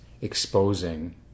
exposing